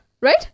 Right